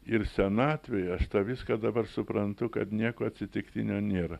ir senatvėje aš tą viską dabar suprantu kad nieko atsitiktinio nėra